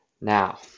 Now